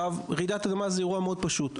רעידת אדמה זה אירוע מאוד פשוט,